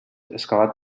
excavat